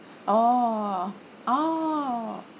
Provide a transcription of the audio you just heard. orh orh